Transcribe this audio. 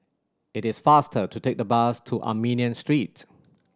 it is faster to take the bus to Armenian Street